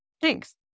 Thanks